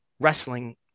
Wrestling